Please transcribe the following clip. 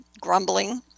grumbling